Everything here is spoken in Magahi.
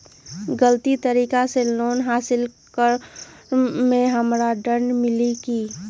गलत तरीका से लोन हासिल कर्म मे हमरा दंड मिली कि?